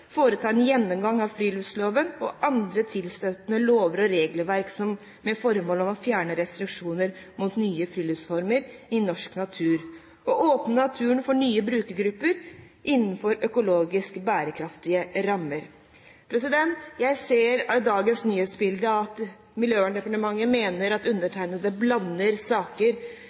en gjennomgang av friluftsloven og andre tilstøtende lover og regelverk, med det formål å fjerne restriksjoner mot nye friluftsformer i norsk natur og åpne naturen for nye brukergrupper innenfor økologisk bærekraftige rammer. Jeg ser av dagens nyhetsbilde at Miljøverndepartementet mener at undertegnede blander saker